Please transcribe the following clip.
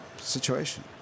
situation